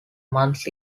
months